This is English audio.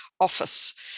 office